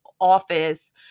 office